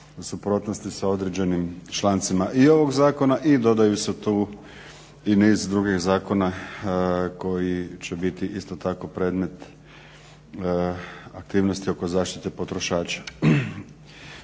suprotnosti sa određenim člancima i ovog zakona i dodaju se tu i niz drugih zakona koji će biti isto tako predmet aktivnosti oko zaštite potrošača.